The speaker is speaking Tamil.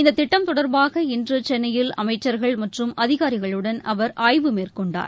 இந்த திட்டம் தொடர்பாக இன்று சென்னையில் அமைச்சர்கள் மற்றும் அதிகாரிகளுடன் அவர் ஆய்வு மேற்கொண்டார்